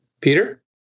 Peter